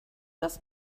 das